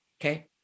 Okay